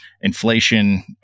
Inflation